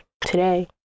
today